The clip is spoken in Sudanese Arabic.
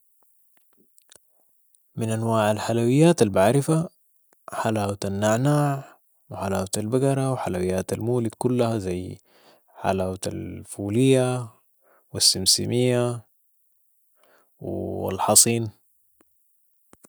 من انواع الحلويات البعرفها حلاوة النعناع و حلاوة البقرة و حلويات المولد كلها زي حلاوة الفولية و السمسمية والحصين